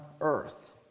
earth